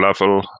level